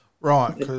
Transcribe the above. Right